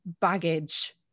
baggage